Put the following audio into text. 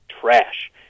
trash